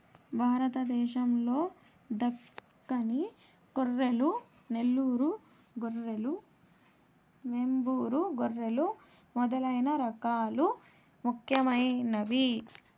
భారతదేశం లో దక్కని గొర్రెలు, నెల్లూరు గొర్రెలు, వెంబూరు గొర్రెలు మొదలైన రకాలు ముఖ్యమైనవి